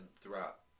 throughout